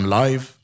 live